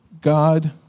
God